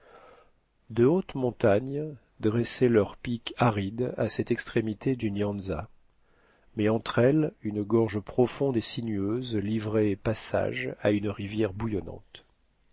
de hautes montagnes dressaient leurs pics arides à cette extrémité du nyanza mais entre elles une gorge profonde et sinueuse livrait passage à une rivière bouillonnante